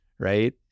right